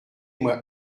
moi